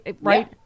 right